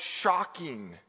shocking